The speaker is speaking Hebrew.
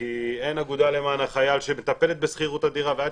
כי אין אגודה למען החייל שמטפלת בשכירות הדירה ועד